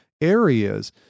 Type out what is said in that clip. areas